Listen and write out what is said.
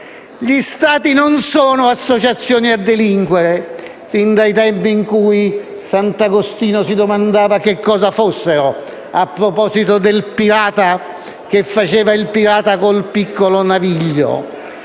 Gli Stati non sono associazioni a delinquere, fin dai tempi in cui Sant'Agostino si domandava cosa fossero, a proposito del pirata, che era tale perché lo faceva con un piccolo naviglio.